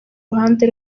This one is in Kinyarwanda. ruhande